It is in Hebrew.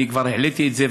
אני כבר העליתי את זה,